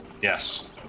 Yes